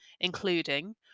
including